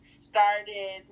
started